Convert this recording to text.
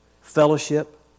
fellowship